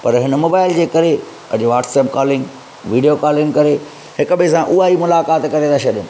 पर हिन मोबाइल जे करे अॼु वॉट्सअप कॉलिंग विडियो कॉलिंग करे हिक ॿिए सां उहा ई मुलाक़ात करे था छॾियूं